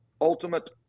ultimate